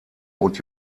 und